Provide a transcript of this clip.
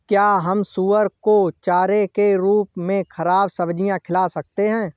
क्या हम सुअर को चारे के रूप में ख़राब सब्जियां खिला सकते हैं?